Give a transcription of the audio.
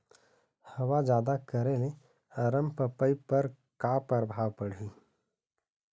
हवा जादा करे ले अरमपपई पर का परभाव पड़िही?